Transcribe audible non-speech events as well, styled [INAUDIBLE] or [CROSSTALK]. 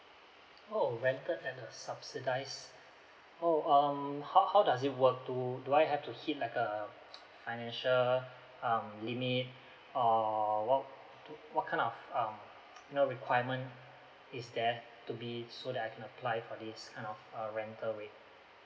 oh rented tenant subsidized oh um how how does it work do do I have to hit like a [NOISE] financial um limit err what to~ what kind of um [NOISE] you know requirement is there to be so that I can apply for this kind of uh rental rate